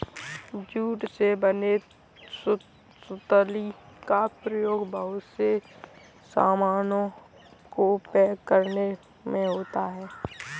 jute से बने सुतली का प्रयोग बहुत से सामानों को पैक करने में होता है